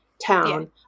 town